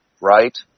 right